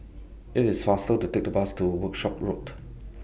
IT IS faster to Take The Bus to Workshop Road